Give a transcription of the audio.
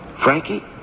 Frankie